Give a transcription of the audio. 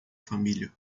família